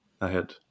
ahead